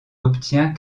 obtient